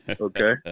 Okay